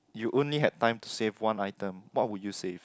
you only had time to save one item what would you save